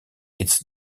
its